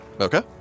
Okay